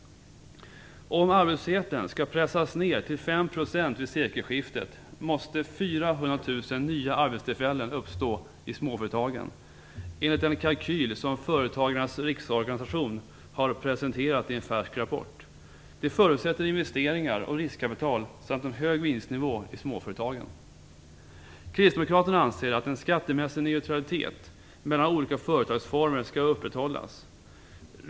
Om arbetslösheten skall pressas ned till 5 % vid sekelskiftet måste 400 000 nya arbetstillfällen uppstå i småföretagen, enligt den kalkyl som Företagarnas riksorganisation har presenterat i en färsk rapport. Det förutsätter investeringar och riskkapital samt en hög vinstnivå i småföretagen. Kristdemokraterna anser att en skattemässig neutralitet mellan olika företagsformer skall upprätthållas.